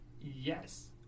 yes